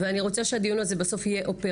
הרצון שלי שהדיון הזה יהיה בסוף אופרטיבי,